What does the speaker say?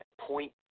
point